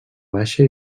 baixa